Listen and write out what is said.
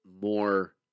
more